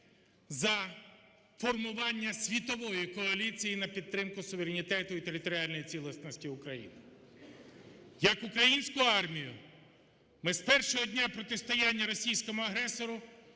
за формування світової коаліції на підтримку суверенітету і територіальної цілісності України. Як українську армію ми з першого дня протистояння російському агресору